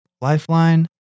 Lifeline